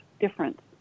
difference